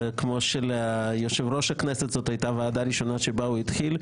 כמו שליושב-ראש הכנסת זאת היתה הוועדה הראשונה בה הוא התחיל,